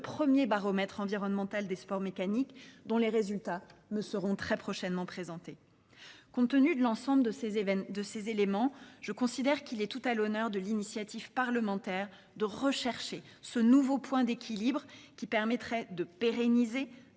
premier baromètre environnemental des sports mécaniques dont les résultats me seront très prochainement présentés. Compte tenu de l'ensemble de ces éléments, je considère qu'il est tout à l'honneur de l'initiative parlementaire de rechercher ce nouveau point d'équilibre qui permettrait de pérenniser